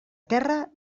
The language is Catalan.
terra